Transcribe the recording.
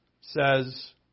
says